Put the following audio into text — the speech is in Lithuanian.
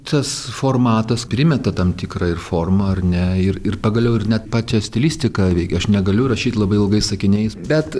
tas formatas primeta tam tikrą ir formą ar ne ir ir pagaliau ir net pačią stilistiką veikia aš negaliu rašyt labai ilgais sakiniais bet